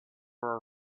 were